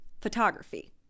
photography